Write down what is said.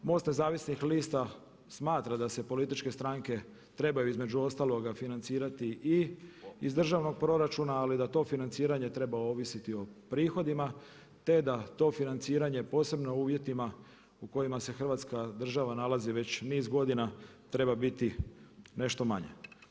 Most Nezavisnih lista smatra se da se političke stranke trebaju između ostaloga financirati i iz državnog proračuna ali da to financiranje treba ovisiti o prihodima te da to financiranje posebno u uvjetima u kojima se Hrvatska država nalazi već niz godina treba biti nešto manja.